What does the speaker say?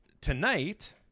tonight –